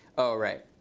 oh, right.